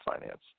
finance